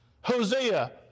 Hosea